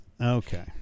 Okay